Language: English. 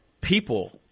people –